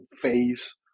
face